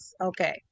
Okay